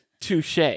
Touche